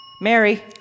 Mary